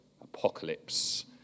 Apocalypse